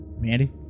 Mandy